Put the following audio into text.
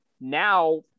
now